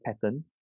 pattern